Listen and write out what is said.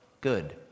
good